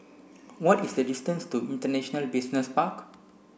what is the distance to International Business Park